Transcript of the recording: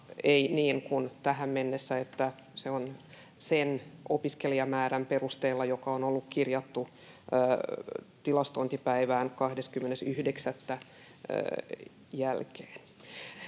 ei niin kuin tähän mennessä, että se on sen opiskelijamäärän perusteella, joka on ollut kirjattuna tilastointipäivänä 20.9. Sitten